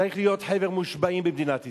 צריך להיות חבר מושבעים במדינת ישראל.